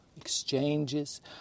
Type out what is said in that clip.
exchanges